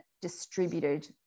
distributed